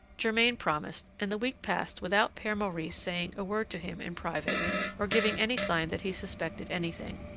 germain promised, and the week passed without pere maurice saying a word to him in private or giving any sign that he suspected anything.